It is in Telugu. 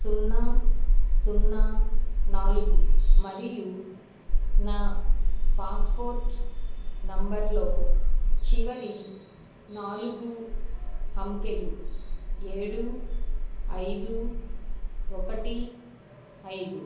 సున్నా సున్నా నాలుగు మరియు నా పాస్పోర్ట్ నెంబర్లో చివరి నాలుగు అంకెలు ఏడు ఐదు ఒకటి ఐదు